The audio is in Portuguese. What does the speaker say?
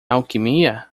alquimia